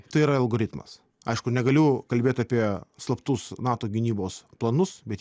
tai yra algoritmas aišku negaliu kalbėt apie slaptus nato gynybos planus bet